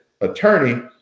attorney